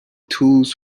tools